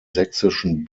sächsischen